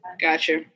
Gotcha